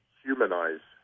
humanize